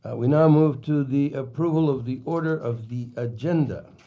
we now move to the approval of the order of the agenda.